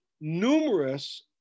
numerous